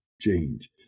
change